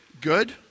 good